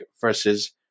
versus